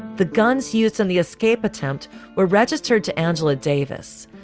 the guns used in the escape attempt were registered to angela davis,